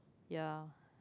ya